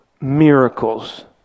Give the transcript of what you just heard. miracles